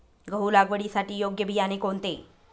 गहू लागवडीसाठी योग्य बियाणे कोणते?